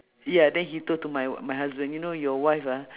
ya then he told to my my husband you know your wife ah